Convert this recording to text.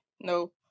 No